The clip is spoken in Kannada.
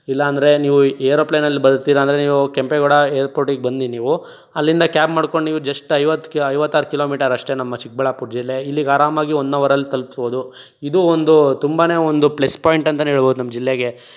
ಇಲ್ಲ ಅಂದರೆ ನೀವು ಏರೋಪ್ಲೇನಲ್ಲಿ ಬರ್ತೀರ ಅಂದರೆ ನೀವು ಕೆಂಪೇಗೌಡ ಏರ್ಪೋರ್ಟಿಗೆ ಬನ್ನಿ ನೀವು ಅಲ್ಲಿಂದ ಕ್ಯಾಬ್ ಮಾಡ್ಕೊಂಡು ನೀವು ಜಸ್ಟ್ ಐವತ್ತು ಐವತ್ತಾರು ಕಿಲೋಮೀಟರ್ ಅಷ್ಟೇ ನಮ್ಮ ಚಿಕ್ಕಬಳ್ಳಾಪುರ ಜಿಲ್ಲೆ ಇಲ್ಲಿಗೆ ಆರಾಮಾಗಿ ಒನ್ ಹವರಲ್ಲಿ ತಲುಪ್ಬೋದು ಇದು ಒಂದು ತುಂಬನೇ ಒಂದು ಪ್ಲೆಸ್ ಪಾಯಿಂಟ್ ಅಂತಲೇ ಹೇಳ್ಬೋದು ನಮ್ಮ ಜಿಲ್ಲೆಗೆ